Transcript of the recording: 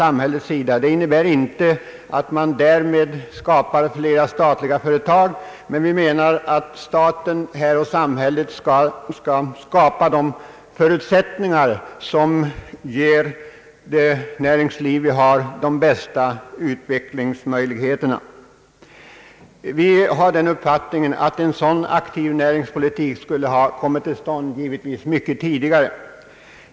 Det innebär inte att man därmed inrättar flera statliga företag, utan vi menar att staten och samhället skall skapa de förutsättningar som ger vårt näringsliv de bästa utvecklingsmöjligheterna. Vi anser att en sådan aktiv näringspolitik givetvis borde ha kommit tiil stånd mycket tidigare.